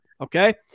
Okay